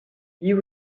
you